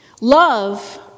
Love